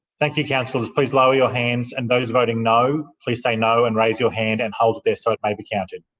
thank you, councillors please lower your hands. and those voting no, please say no and raise your hand and hold it there so it may be counted.